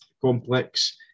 complex